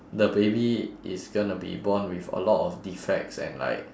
the baby is gonna be born with a lot of defects and like